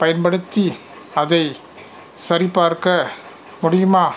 பயன்படுத்தி அதை சரிப்பார்க்க முடியுமா